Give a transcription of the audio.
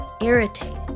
irritated